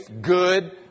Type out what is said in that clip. good